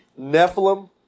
Nephilim